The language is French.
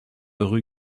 rue